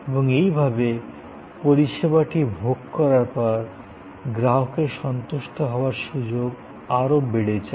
এবং এইভাবে পরিষেবাটি ভোগ করার পর গ্রাহকের সন্তুষ্ট হওয়ার সুযোগ আরো বেড়ে যায়